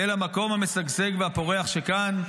אל המקום המשגשג והפורח שכאן,